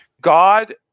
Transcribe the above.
God